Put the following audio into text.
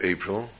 April